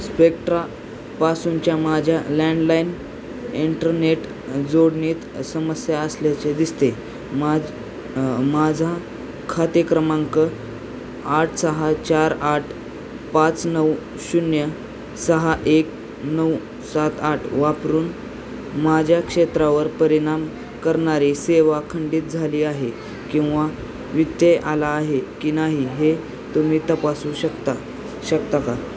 स्पेक्ट्रापासूनच्या माझ्या landline internet जोडणीत समस्या असल्याचे दिसते माज माझा खाते क्रमांक आठ सहा चार आठ पाच नऊ शून्य सहा एक नऊ सात आठ वापरून माझ्या क्षेत्रावर परिणाम करणारे सेवा खंडित झाली आहे किंवा व्यत्यय आला आहे की नाही हे तुम्ही तपासू शकता शकता का